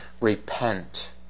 Repent